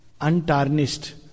untarnished